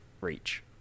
reach